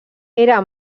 era